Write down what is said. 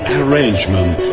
arrangement